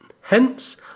Hence